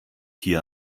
hier